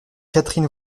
catherine